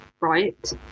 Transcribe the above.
Right